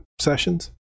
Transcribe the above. sessions